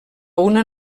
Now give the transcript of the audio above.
una